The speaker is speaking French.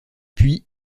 puis